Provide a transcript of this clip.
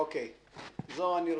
להזכירכם,